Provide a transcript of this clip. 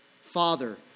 Father